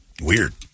weird